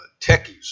techies